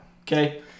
Okay